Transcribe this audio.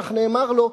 כך נאמר לו,